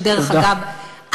ודרך אגב,